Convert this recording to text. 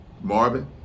Marvin